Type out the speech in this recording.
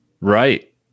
Right